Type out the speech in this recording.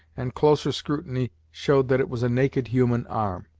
and closer scrutiny showed that it was a naked human arm.